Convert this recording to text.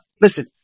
listen